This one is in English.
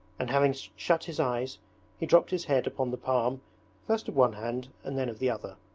and having shut his eyes he dropped his head upon the palm first of one hand and then of the other.